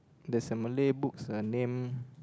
there's a Malay books the name